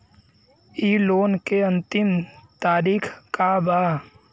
इ लोन के अन्तिम तारीख का बा?